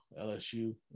LSU